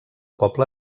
poble